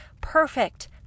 perfect